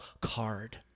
card